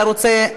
אתה רוצה,